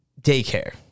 Daycare